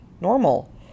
normal